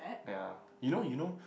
ya you know you know